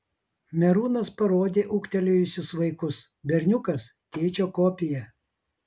merūnas parodė ūgtelėjusius vaikus berniukas tėčio kopija